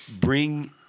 bring